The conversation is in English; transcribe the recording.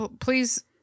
please